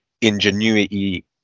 ingenuity